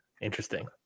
interesting